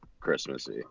Christmassy